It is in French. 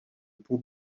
pot